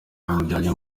bamujyanye